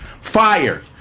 Fire